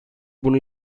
bunu